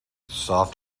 soft